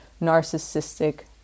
narcissistic